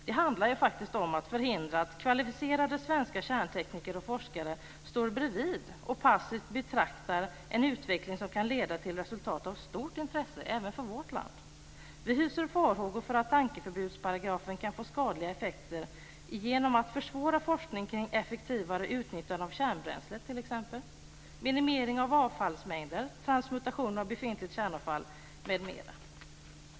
Det handlar ju faktiskt om att förhindra att kvalificerade svenska kärntekniker och forskare står bredvid och passivt betraktar en utveckling som kan leda till resultat av stort intresse även för vårt land. Det finns farhågor för att tankeförbudsparagrafen kan få skadliga effekter genom att försvåra forskning kring t.ex. effektivare utnyttjande av kärnbränsle. Det gäller också minimering av avfallsmängder, transmutation av befintligt kärnavfall m.m.